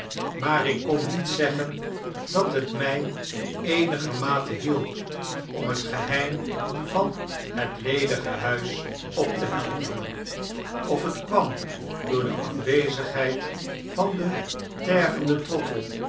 maar ik kon niet zeggen dat het mij eenigermate hielp om het geheim van het ledige huis op te helderen of het kwam door de afwezigheid van den tergenden